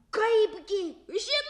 kaip gi žinau